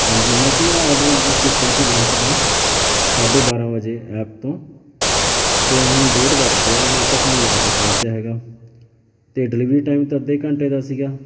ਹਾਂਜੀ ਮੈਂ ਇੱਕ ਨਾ ਔਡਰ ਬੁੱਕ ਕੀਤਾ ਸੀ ਲੰਚ ਦਾ ਸਾਢੇ ਬਾਰ੍ਹਾਂ ਵਜੇ ਐਪ ਤੋਂ ਅਤੇ ਹੁਣ ਡੇਢ ਵੱਜ ਗਿਆ ਹਜੇ ਤੱਕ ਨਹੀਂ ਔਡਰ ਪਹੁੰਚਿਆ ਹੈਗਾ ਅਤੇ ਡਿਲੀਵਰੀ ਟਾਈਮ ਤਾਂ ਅੱਧੇ ਘੰਟੇ ਦਾ ਸੀਗਾ